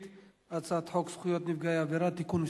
על הצעת חוק זכויות נפגעי עבירה (תיקון מס'